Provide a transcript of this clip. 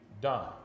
done